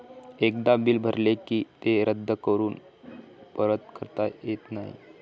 एकदा बिल भरले की ते रद्द करून परत करता येत नाही